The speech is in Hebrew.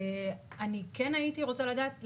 אני כן הייתי רוצה לדעת,